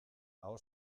aho